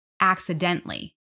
accidentally